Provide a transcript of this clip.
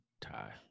tie